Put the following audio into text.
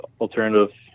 alternative